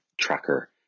tracker